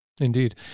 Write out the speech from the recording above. Indeed